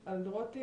אלדרוטי,